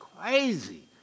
crazy